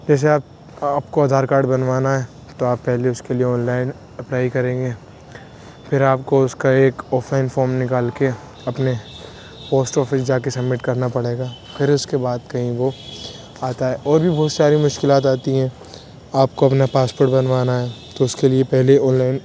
جیسے آپ آپ کو آدھار کارڈ بنوانا ہے تو آپ پہلے اس کے لیے آن لائن اپلائی کریں گے پھر آپ کو اس کا ایک آف لائن فوم نکال کے اپنے پوسٹ آفس جا کے سبمٹ کرنا پڑے گا پھر اس کے بعد کہیں وہ آتا ہے اور بھی بہت ساری مشکلات آتی ہیں آپ کو اپنا پاسپورٹ بنوانا ہے تو اس کے لیے پہلے آن لائن